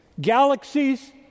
galaxies